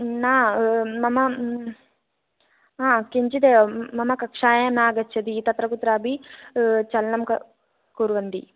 न मम किञ्चित् मम कक्षायां न आगच्छति तत्र कुत्रापि चलनं क कुर्वन्ति